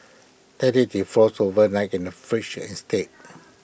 let IT defrost overnight in the fridge instead